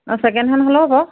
অ ছেকেণ্ডখন হ'লেও হ'ব